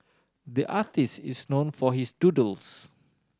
the artist is known for his doodles